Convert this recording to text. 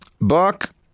buck